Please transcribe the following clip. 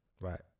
Right